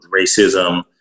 racism